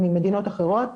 ממדינות אחרות,